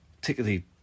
particularly